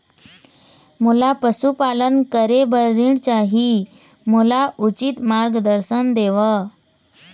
मोला पशुपालन करे बर ऋण चाही, मोला उचित मार्गदर्शन देव?